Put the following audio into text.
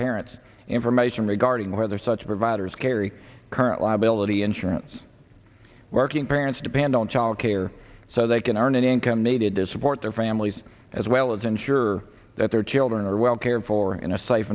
parents information regarding whether such providers carry current liability insurance working parents depend on child care so they can earn an income made it does support their families as well as ensure that their children are well cared for in a safe